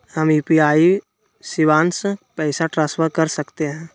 हम यू.पी.आई शिवांश पैसा ट्रांसफर कर सकते हैं?